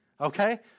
Okay